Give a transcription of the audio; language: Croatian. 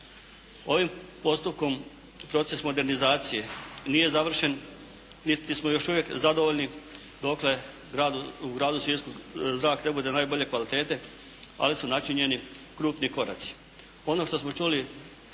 Ovim postupkom proces modernizacije nije završen niti smo još uvijek zadovoljni dokle u gradu Sisku zrak ne bude najbolje kvalitete, ali su načinjeni krupni koraci. Ono što smo čuli